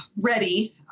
ready